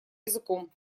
языком